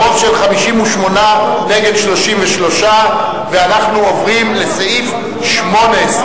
ברוב של 58 נגד 33. אנחנו עוברים לסעיף 18,